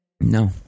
no